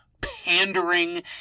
pandering